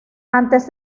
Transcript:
antes